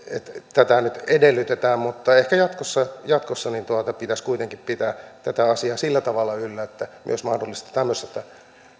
tätä nyt edellytetään mutta ehkä jatkossa jatkossa pitäisi kuitenkin pitää tätä asiaa sillä tavalla yllä että jos mahdollista tämmöisestä